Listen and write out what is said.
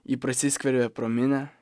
ji prasiskverbė pro minią